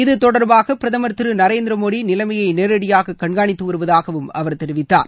இத்தொடர்பாக பிரதமர் திரு நரேந்திர மோடி நிலைமையை நேரடியாக கண்காணித்து வருவதாகவும் அவர் தெரிவித்தார்